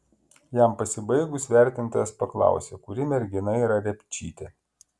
jam pasibaigus vertintojas paklausė kuri mergina yra repčytė